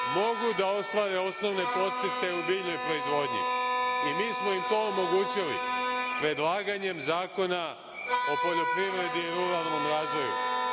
mogu da ostvare podsticaje u biljnoj proizvodnji i mi smo im to omogućili predlaganjem Zakona o poljoprivredi i ruralnom razvoju. Šta